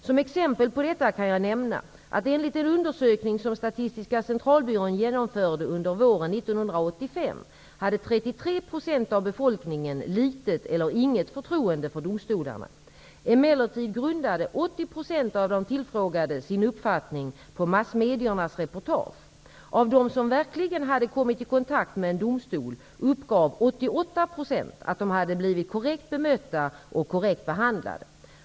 Som exempel på detta kan jag nämna att enligt en undersökning som Statistiska centralbyrån genomförde under våren 1985 hade 33 % av befolkningen litet eller inget förtroende för domstolarna. Emellertid grundade 80 % av de tillfrågade sin uppfattning på massmediernas reportage. Av dem som verkligen hade kommit i kontakt med en domstol uppgav 88 % att de hade blivit korrekt bemötta och korrekt behandlade.